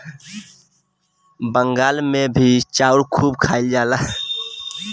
बंगाल मे भी चाउर खूब खाइल जाला